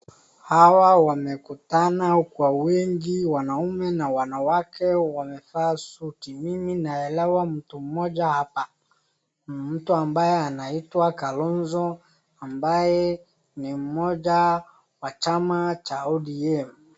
Hawa wamekutana kwa wingi. Wanaume na wanawake wamevaa suti. Mimi naelewa mtu mmoja hapa. Mtu ambaye anaitwa Kalonzo ambaye ni mmoja wa chama cha ODM.